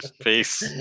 peace